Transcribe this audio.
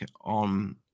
on